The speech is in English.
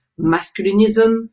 masculinism